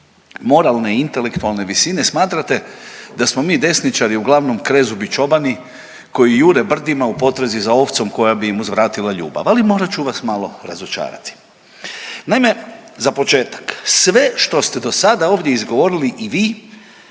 moralne i intelektualne visine smatrate da smo mi desničari uglavnom krezubi čobani koji jure brdima u potrazi za ovcom koja bi im uzvratila ljubav, ali morat ću vas malo razočarati. Naime, za početak sve što ste dosada ovdje izgovorili i vi